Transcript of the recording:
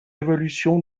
évolution